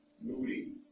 moody